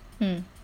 mm